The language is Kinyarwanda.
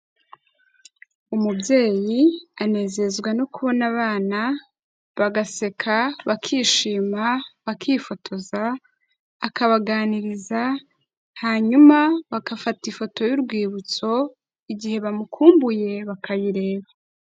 Umubyeyi anezezwa no kubona abana, bagaseka, bakishima, bakifotoza, akabaganiriza, hanyuma bagafata ifoto y'urwibutso, igihe bamukumbuye bakayireba.